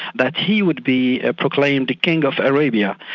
that he would be proclaimed king of arabia,